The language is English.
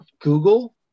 google